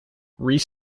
reese